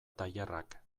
tailerrak